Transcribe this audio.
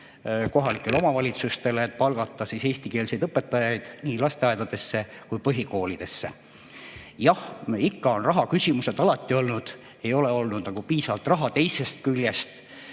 kohalikele omavalitsustele, et palgata eestikeelseid õpetajaid nii lasteaedadesse kui põhikoolidesse. Jah, rahaküsimused on alati olnud, ei ole olnud piisavalt raha. Teisest küljest